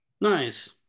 Nice